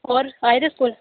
होर आए दे स्कूल